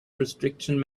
restriction